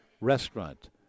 restaurant